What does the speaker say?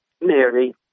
Mary